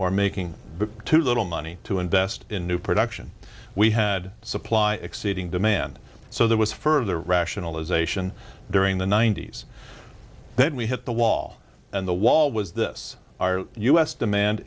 or making too little money to invest in new production we had supply exceeding demand so there was further rationalization during the ninety's then we hit the wall and the wall was this us demand